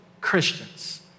Christians